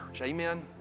Amen